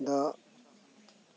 ᱫᱚ